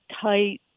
tight